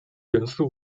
元素